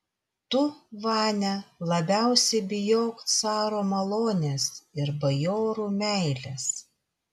tu vania labiausiai bijok caro malonės ir bajorų meilės